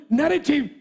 narrative